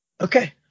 okay